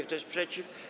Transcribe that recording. Kto jest przeciw?